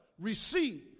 Receive